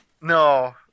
No